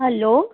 hello